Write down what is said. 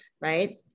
right